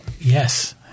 Yes